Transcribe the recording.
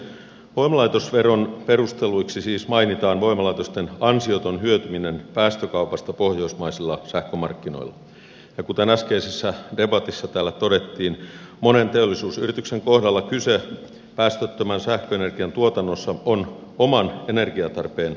voimalaitosveron perusteluiksi siis mainitaan voimalaitosten ansioton hyötyminen päästökaupasta pohjoismaisilla sähkömarkkinoilla ja kuten äskeisessä debatissa täällä todettiin monen teollisuusyrityksen kohdalla kyse päästöttömän sähköenergian tuotannossa on oman energiatarpeen tyydyttämisestä